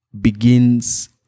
begins